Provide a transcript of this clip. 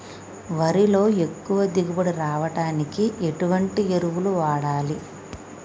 వరిలో ఎక్కువ దిగుబడి రావడానికి ఎటువంటి ఎరువులు వాడాలి?